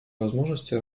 возможности